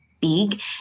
big